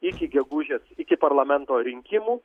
iki gegužės iki parlamento rinkimų